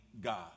God